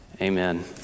Amen